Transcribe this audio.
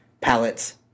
palettes